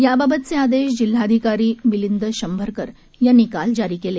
याबाबतचे आदेश जिल्हाधिकारी मिलिंद शंभरकर यांनी काल जारी केले